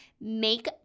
make